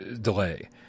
delay